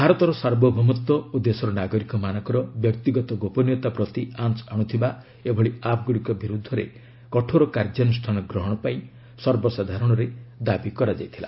ଭାରତର ସାର୍ବଭୌମତ୍ୱ ଓ ଦେଶର ନାଗରିକମାନଙ୍କର ବ୍ୟକ୍ତିଗତ ଗୋପନୀୟତା ପ୍ରତି ଆଞ୍ଚ ଆଣୁଥିବା ଏଭଳି ଆପ୍ଗୁଡ଼ିକ ବିରୁଦ୍ଧରେ କଠୋର କାର୍ଯ୍ୟାନୁଷ୍ଠାନ ଗ୍ରହଣ ପାଇଁ ସର୍ବସାଧାରଣରେ ଦାବି କରାଯାଇଥିଲା